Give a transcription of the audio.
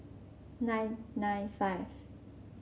nine nine five